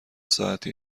ساعتی